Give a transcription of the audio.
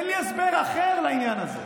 אין לי הסבר אחר לעניין הזה.